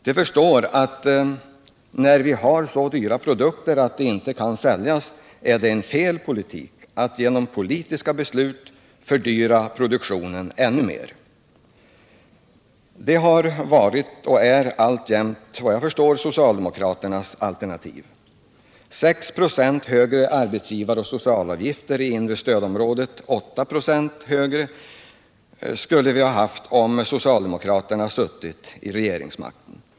När våra produkter är så dyra att de inte kan säljas, förstår de att det är felaktigt att genom politiska beslut fördyra produktionen ännu mer. Det har varit och är såvitt jag förstår alltjämt socialdemokraternas alternativ. 6 96 i högre arbetsgivaroch socialavgifter — i inre stödområdet skulle det ha varit 8 96 — skulle vi ha haft om socialdemokraterna suttit vid regeringsmakten.